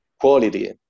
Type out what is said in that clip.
quality